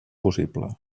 possible